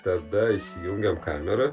tada įsijungiam kamerą